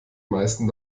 meisten